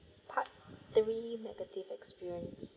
part three negative experience